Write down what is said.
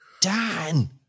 Dan